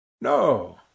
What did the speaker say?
No